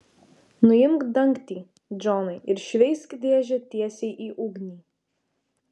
nuimk dangtį džonai ir šveisk dėžę tiesiai į ugnį